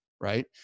Right